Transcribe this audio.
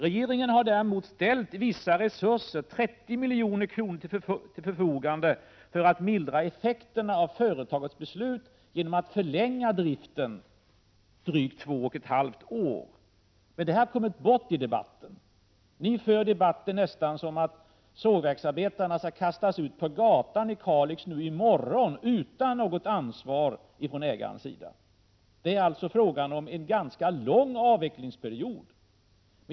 Regeringen har däremot ställt vissa resurser, 30 milj.kr., till förfogande för att mildra effekterna av företagets beslut genom att förlänga driften drygt två och ett halvt år. Men detta har kommit bort i debatten. Ni för debatten nästan som om det vore så att sågverksarbetarna i Kalix redan i morgon skall kastas ut på gatan, utan något ansvar från ägarens sida. Det är emellertid fråga om en ganska lång avvecklingsperiod.